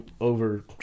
over